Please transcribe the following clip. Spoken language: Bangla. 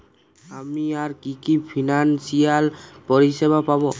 আমি আর কি কি ফিনান্সসিয়াল পরিষেবা পাব?